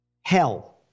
hell